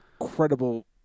incredible